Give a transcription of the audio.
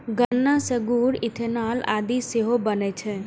गन्ना सं गुड़, इथेनॉल आदि सेहो बनै छै